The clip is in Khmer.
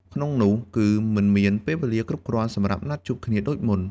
ក្នុងនោះគឺ មិនមានពេលវេលាគ្រប់គ្រាន់សម្រាប់ណាត់ជួបគ្នាដូចមុន។